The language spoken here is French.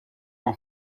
n’en